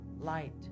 light